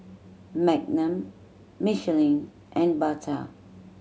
Magnum Michelin and Bata